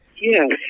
Yes